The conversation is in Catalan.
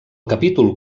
capítol